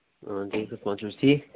اَہَن حظ ٹھیٖک پٲٹھۍ پانہٕ چھِو حظ ٹھیٖک